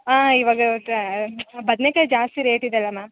ಹಾಂ ಇವಾಗ ಬದ್ನೇಕಾಯಿ ಜಾಸ್ತಿ ರೇಟ್ ಇದಾವೆ ಮ್ಯಾಮ್